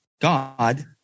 God